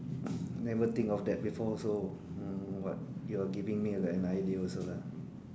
never think of that before also mm but you are giving me an idea also lah